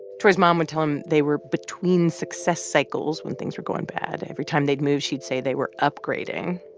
troy's mom would tell him they were between success cycles when things were going bad. every time they'd move, she'd say they were upgrading.